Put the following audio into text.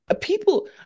people